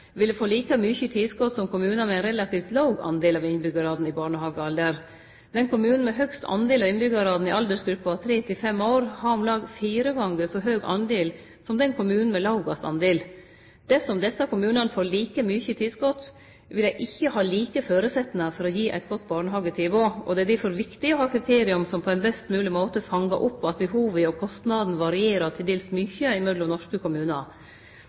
ville fått like mykje i tilskot som kommunar med ein relativt låg prosentdel av innbyggjarane i barnehagealder. Kommunen med flest innbyggjarar i aldersgruppa tre–fem år har om lag fire gonger så mange som kommunen med det lågaste talet. Dersom desse kommunane får like mykje i tilskot, vil dei ikkje ha like føresetnader for å gi eit godt barnehagetilbod. Det er difor viktig å ha kriterium som på ein best mogleg måte fangar opp at behova og kostnadene varierer til dels mykje mellom norske kommunar.